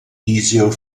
easier